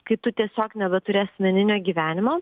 kai tu tiesiog nebeturi asmeninio gyvenimo